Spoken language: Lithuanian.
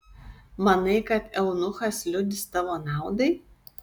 manai kad eunuchas liudys tavo naudai